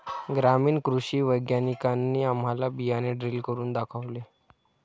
ग्रामीण कृषी वैज्ञानिकांनी आम्हाला बियाणे ड्रिल करून दाखवले